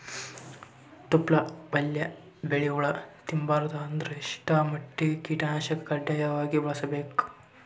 ತೊಪ್ಲ ಪಲ್ಯ ಬೆಳಿ ಹುಳ ತಿಂಬಾರದ ಅಂದ್ರ ಎಷ್ಟ ಮಟ್ಟಿಗ ಕೀಟನಾಶಕ ಕಡ್ಡಾಯವಾಗಿ ಬಳಸಬೇಕು?